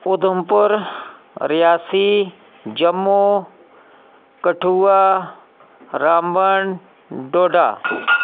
Udhampur Reasi Jammu Kathua Ramban Doda